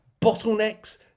bottlenecks